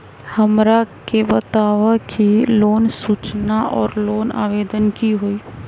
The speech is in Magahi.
हमरा के बताव कि लोन सूचना और लोन आवेदन की होई?